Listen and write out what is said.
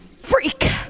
freak